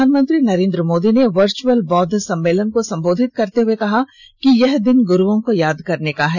प्रधानमंत्री नरेंद्र मोदी ने वर्च्यअल बौद्ध सम्मेलन को संबोधित करते हुए कहा कि यह दिन गुरुओं को याद करने का है